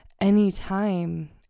anytime